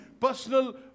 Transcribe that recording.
personal